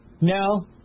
No